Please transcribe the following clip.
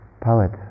poet